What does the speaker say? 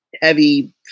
heavy